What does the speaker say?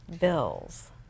bills